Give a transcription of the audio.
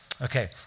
Okay